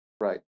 right